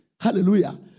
hallelujah